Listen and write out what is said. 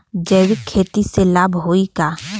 जैविक खेती से लाभ होई का?